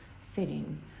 fitting